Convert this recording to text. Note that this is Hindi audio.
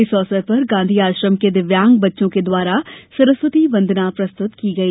इस अवसर पर गांधी आश्रम के दिव्यांग बच्चों के द्वारा सरस्वती वंदना प्रस्तुत की गई